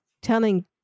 telling